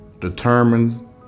determined